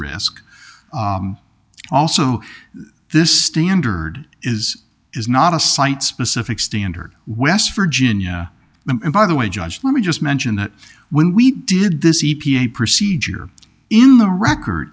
risk also this standard is is not a site specific standard west virginia by the way judge let me just mention that when we did this e p a procedure in the record